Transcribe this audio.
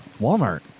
Walmart